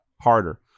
harder